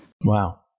Wow